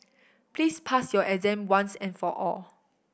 please pass your exam once and for all